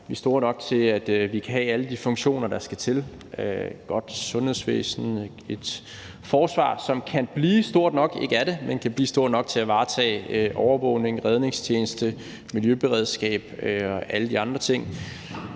vi er store nok til, at vi kan have alle de funktioner, der skal til, nemlig et godt sundhedsvæsen, et forsvar, som kan blive stort nok – men ikke er det – til at varetage overvågning, redningstjeneste, miljøberedskab og alle de andre ting,